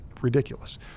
ridiculous